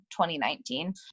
2019